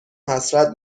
حسرت